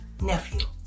nephew